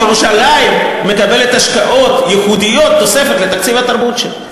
ירושלים מקבלת השקעות ייחודיות תוספת לתקציב התרבות שלה,